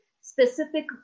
specific